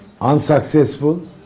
unsuccessful